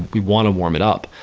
we want to warm it up.